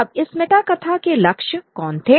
अब इस मेटा कथा के लक्ष्य कौन थे